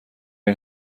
این